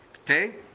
Okay